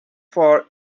for